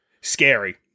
Scary